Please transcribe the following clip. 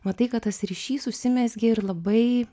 matai kad tas ryšys užsimezgė ir labai